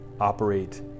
operate